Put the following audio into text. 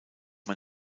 man